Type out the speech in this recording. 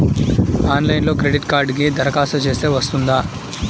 ఆన్లైన్లో క్రెడిట్ కార్డ్కి దరఖాస్తు చేస్తే వస్తుందా?